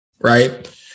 right